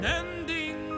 ending